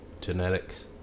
genetics